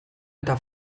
eta